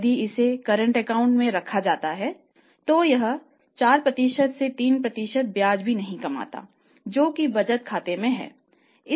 यदि इसे current account में रखा जाता है तो यह 4 या 3 ब्याज भी नहीं कमाता है जो कि बचत खाते में है